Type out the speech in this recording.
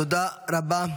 תודה רבה.